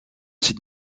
site